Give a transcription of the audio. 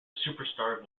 superstar